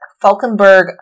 Falkenberg